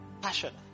passion